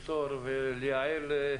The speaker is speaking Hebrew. לפתור ולייעל,